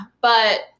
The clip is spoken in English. But-